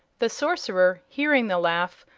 the sorcerer, hearing the laugh,